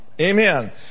Amen